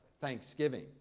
Thanksgiving